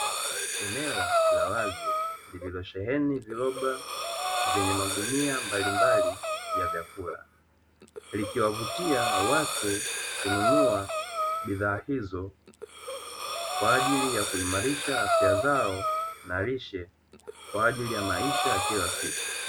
Eneo la wazi lililosheheni viroba vyenye magunia mbalimbali ya vyakula. Likiwavutia watu kununua bidhaa hizo kwa ajili ya kuimarisha afya zao na lishe kwa ajili ya maisha ya kila siku.